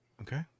Okay